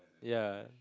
ya